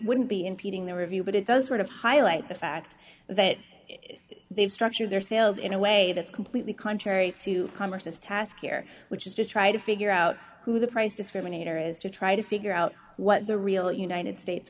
wouldn't be impeding the review but it does sort of highlight the fact that they've structured their sales in a way that's completely contrary to congress task here which is to try to figure out who the price discriminator is to try to figure out what the real united states